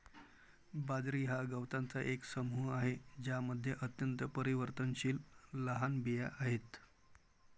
बाजरी हा गवतांचा एक समूह आहे ज्यामध्ये अत्यंत परिवर्तनशील लहान बिया आहेत